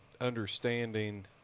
understanding